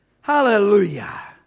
Hallelujah